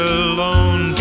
alone